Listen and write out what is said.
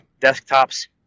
desktops